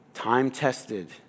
Time-tested